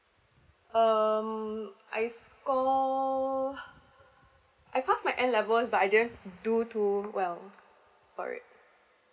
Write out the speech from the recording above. um I score I passed my N level but I didn't do too well for it